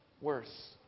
worse